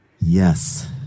Yes